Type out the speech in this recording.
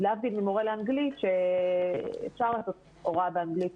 להבדיל ממורה לאנגלית שאפשר לעשות הוראה באנגלית